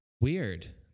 Weird